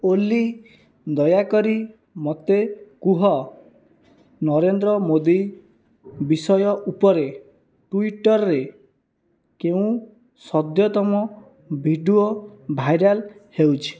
ଅଲ୍ଲୀ ଦୟାକରି ମୋତେ କୁହ ନରେନ୍ଦ୍ର ମୋଦୀ ବିଷୟ ଉପରେ ଟୁଇଟରେ କେଉଁ ସଦ୍ୟତମ ଭିଡ଼ିଓ ଭାଇରାଲ୍ ହେଉଛି